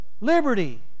liberty